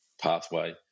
pathway